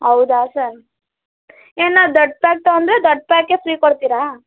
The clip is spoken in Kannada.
ಹೌದಾ ಸರ್ ಏನ ದೊಡ್ಡ ಪ್ಯಾಕ್ ತಗೊಂಡ್ರೆ ದೊಡ್ಡ ಪ್ಯಾಕೇ ಫ್ರೀ ಕೊಡ್ತೀರಾ